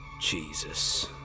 Jesus